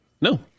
No